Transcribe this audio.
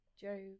Joe